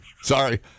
Sorry